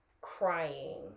crying